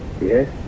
Yes